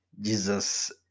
Jesus